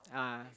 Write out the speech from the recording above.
ah